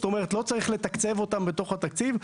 זאת אומרת לא צריך לתקצב אותם בתוך התקציב.